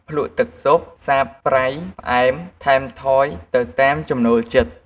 ភ្លក្សទឹកស៊ុប សាបប្រៃផ្អែម ថែមថយទៅតាមចំណូលចិត្ត។